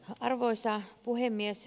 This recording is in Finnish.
arvoisa puhemies